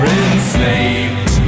enslaved